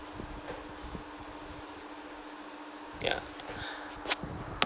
ya